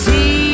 See